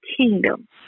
kingdom